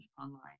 online